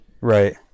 Right